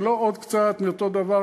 זה לא עוד קצת מאותו הדבר,